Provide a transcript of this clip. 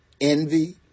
envy